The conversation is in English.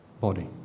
body